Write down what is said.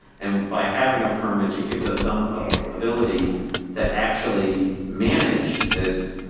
and by having a permit, it gives us some ability to actually manage this.